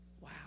Wow